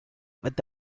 with